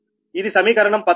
ఇది సమీకరణం 13 కి సమానం